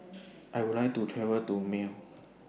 I Would like to travel to Male